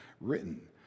written